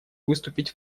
выступить